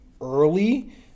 early